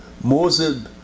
Moses